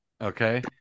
okay